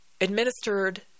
administered